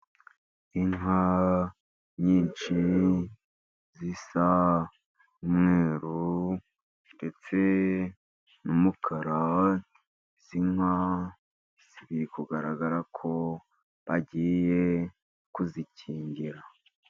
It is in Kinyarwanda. Inka nyinshi zisa umweru ndetse n'umukara. Izi nka ziri kugaragara ko bagiye kuzikingira.